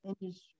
industry